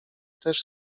też